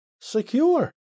secure